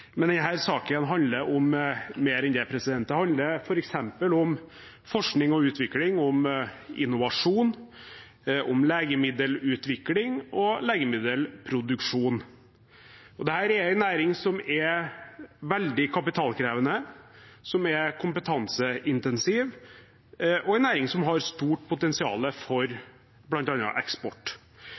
men denne saken handler om mer enn det. Den handler f.eks. om forskning og utvikling, om innovasjon, om legemiddelutvikling og om legemiddelproduksjon. Dette er en næring som er veldig kapitalkrevende, som er kompetanseintensiv, og som har stort potensial for bl.a. eksport.